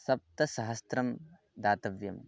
सप्त सहस्रं दातव्यं